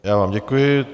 Já vám děkuji.